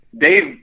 Dave